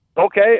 Okay